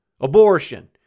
Abortion